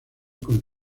con